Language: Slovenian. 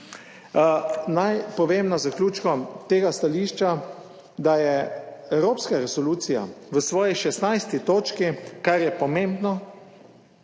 Naj povem na zaključku tega stališča, da evropska resolucija v svoji 16. točki, kar je pomembno,